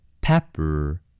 Pepper